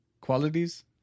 qualities